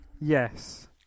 yes